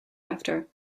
after